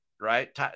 right